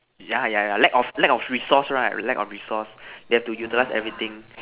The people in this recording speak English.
yeah yeah yeah lack of lack of resource right lack of resource you have to utilize everything